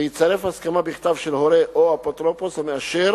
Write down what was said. ויצרף הסכמה בכתב של הורה או אפוטרופוס המאשר